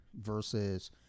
Versus